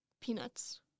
Peanuts